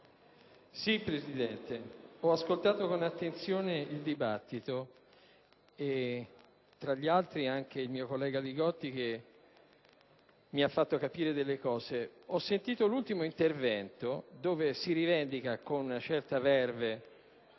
Presidente, ho ascoltato con attenzione il dibattito e, tra gli altri, anche l'intervento del mio collega Li Gotti che mi ha fatto capire alcune cose. Ho sentito l'ultimo intervento dove si rivendica con una certa *verve*